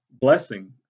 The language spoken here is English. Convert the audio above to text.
blessing